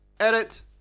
edit